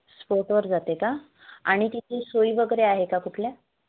स्पोटवर जाते का आणि तिथं सोयी वगैरे आहे का कुठल्या